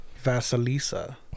Vasilisa